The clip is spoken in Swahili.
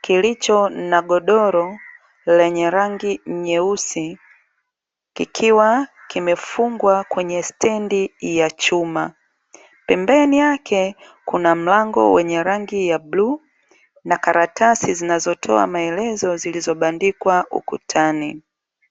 kilicho na godoro lenye rangi nyeusi, kikiwa kimefungwa kwenye stendi ya chuma, pembeni yake kuna mlango wenye rangi ya bluu na karatasi zinazotoa maelezo zilizobandikwa ukutani.